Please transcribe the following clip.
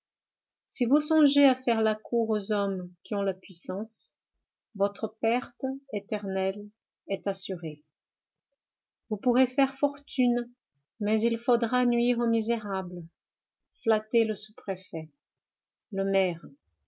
si vous songez à faire la cour aux hommes qui ont la puissance votre perte éternelle est assurée vous pourrez faire fortune mais il faudra nuire aux misérables flatter le sous-préfet le maire